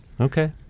okay